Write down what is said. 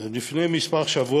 הצעת החוק